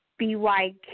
BYK